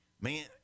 Man